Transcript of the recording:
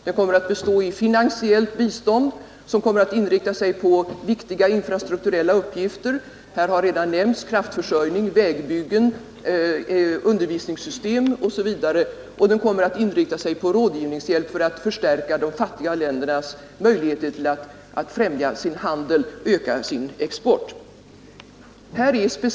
Den kommer att bestå av finansiellt bistånd som skall inrikta sig på viktiga infrastrukturella uppgifter — här har redan nämnts kraftförsörjning, vägbyggen, undervisningssystem osv. Man kommer även att inrikta sig på rådgivningshjälp för att förstärka de fattiga ländernas möjligheter att främja sin handel och öka sin export.